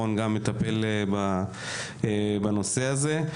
רון גם מטפל בנושא הזה.